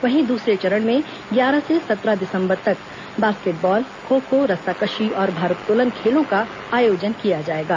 वहीं दूसरे चरण में ग्यारह से सत्रह दिसंबर तक बास्केटबॉल खो खो रस्साकसी और भारोत्तोलन खेलों का आयोजन किया जाएगा